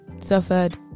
suffered